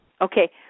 Okay